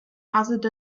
hazard